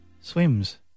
Swims